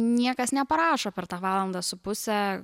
niekas neparašo per tą valandą su puse